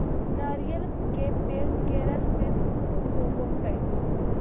नारियल के पेड़ केरल में ख़ूब होवो हय